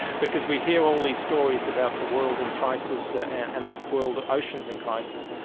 because we hear all these stories about the world in crisis ah and and the world oceans in crisis.